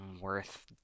worth